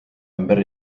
ümber